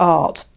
art